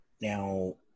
Now